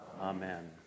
amen